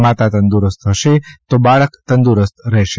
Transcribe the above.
માતા તંદુરસ્ત હશે તો બાળક તંદુરસ્તી રહેશે